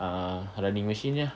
ah running machine jer ah